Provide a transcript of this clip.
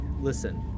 listen